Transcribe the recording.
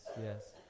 yes